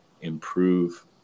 improve